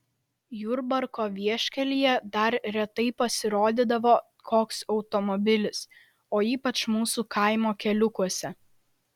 jurbarko vieškelyje dar retai pasirodydavo koks automobilis o ypač mūsų kaimo keliukuose